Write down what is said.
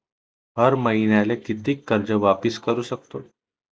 हर मईन्याले कितीक कर्ज वापिस करू सकतो?